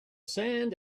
sand